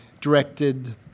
directed